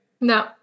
No